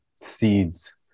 seeds